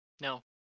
No